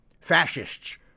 fascists